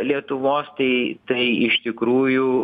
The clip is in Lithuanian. lietuvos tai tai iš tikrųjų